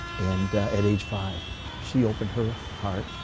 and at age five she opened her heart,